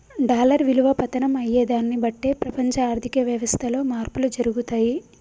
dollar విలువ పతనం అయ్యేదాన్ని బట్టే ప్రపంచ ఆర్ధిక వ్యవస్థలో మార్పులు జరుగుతయి